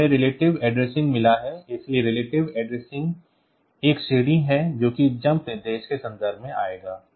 फिर हमें relative addressing मिला है इसलिए relative addressing एक श्रेणी है जो कि jump निर्देश के संदर्भ में आएगा